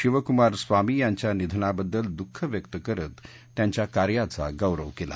शिवकुमार स्वामी यांच्या निधनाबद्दल दुःख व्यक्त करत त्यांच्या कार्याचा गौरव केला